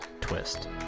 twist